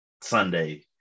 Sunday